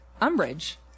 umbrage